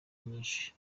nyinshi